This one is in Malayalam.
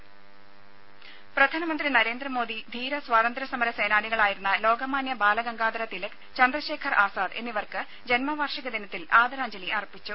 രുര പ്രധാനമന്ത്രി നരേന്ദ്രമോദി ധീര സ്വാതന്ത്ര്യ സമര സേനാനികളായിരുന്ന ലോകമാന്യ ബാലഗംഗാധര തിലക് ചന്ദ്രശേഖർ ആസാദ് എന്നിവർക്ക് ജന്മവർഷിക ദിനത്തിൽ ആദരാഞ്ജലി അർപ്പിച്ചു